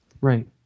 Right